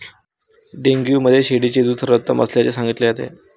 dengue मध्ये शेळीचे दूध सर्वोत्तम असल्याचे सांगितले जाते